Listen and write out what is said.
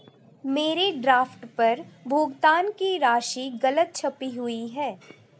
मेरे ड्राफ्ट पर भुगतान की राशि गलत छपी हुई है